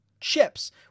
chips